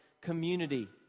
community